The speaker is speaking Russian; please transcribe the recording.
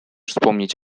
вспомнить